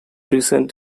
recent